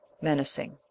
menacing